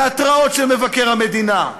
בהתראות של מבקר המדינה,